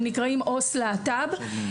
ונקראים "עו"ס להט"ב".